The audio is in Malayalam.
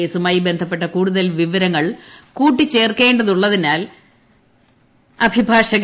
കേസുമായി ബന്ധപ്പെട്ട കൂടുതൽ വിവരങ്ങൾ കൂട്ടിച്ചേർക്കേണ്ടതുള്ളതിനാൽ അഡ്വ